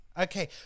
Okay